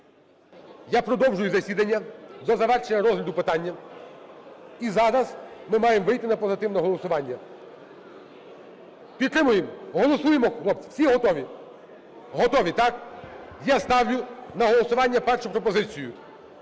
Я продовжую засідання до завершення розгляду питання. І зараз ми маємо вийти на позитивне голосування. Підтримуємо? Голосуємо, хлопці? Всі готові? Готові – так? Я ставлю на голосування першу пропозицію: